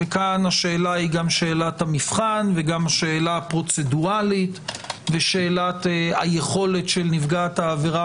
פה השאלה היא גם של המבחן וגם זו הפרוצדורלית וגם היכולת של נפגעת העבירה